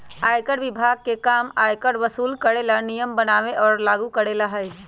आयकर विभाग के काम आयकर वसूल करे ला नियम बनावे और लागू करेला हई